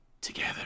together